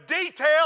detail